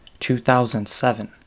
2007